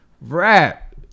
rap